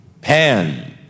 Pan